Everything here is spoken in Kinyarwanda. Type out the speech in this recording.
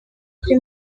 kuri